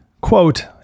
quote